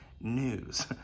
news